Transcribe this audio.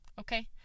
Okay